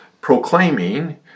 proclaiming